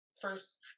first